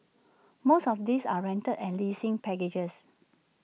most of these are rental and leasing packages